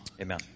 Amen